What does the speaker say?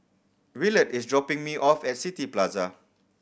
Willard is dropping me off at City Plaza